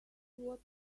what